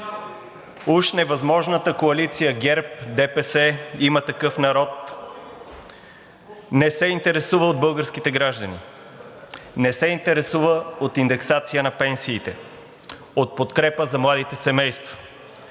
Уж невъзможната коалиция ГЕРБ, ДПС, „Има такъв народ“ не се интересува от българските граждани, не се интересува от индексация на пенсиите, от подкрепа за младите семейства,